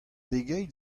pegeit